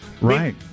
right